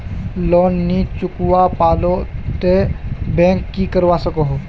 Loan नी चुकवा पालो ते बैंक की करवा सकोहो?